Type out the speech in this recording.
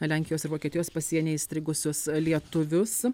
lenkijos ir vokietijos pasieny įstrigusius lietuvius